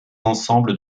ensembles